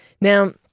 now